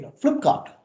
Flipkart